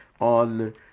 on